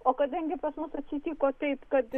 o kadangi pas mus atsitiko taip kad